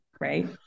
right